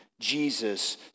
Jesus